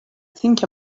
think